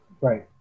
Right